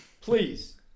Please